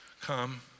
come